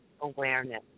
awareness